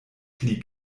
pli